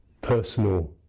personal